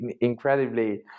incredibly